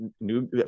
new